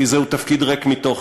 כי זהו תפקיד ריק מתוכן.